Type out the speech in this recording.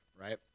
right